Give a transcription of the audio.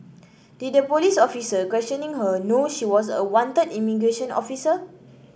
did the police officer questioning her know she was a wanted immigration officer